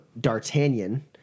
D'Artagnan